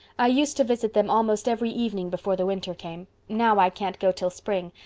i used to visit them almost every evening before the winter came. now i can't go till spring,